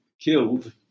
killed